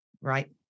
right